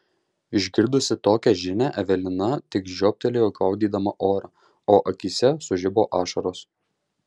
išgirdusi tokią žinią evelina tik žioptelėjo gaudydama orą o akyse sužibo ašaros